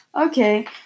Okay